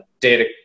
data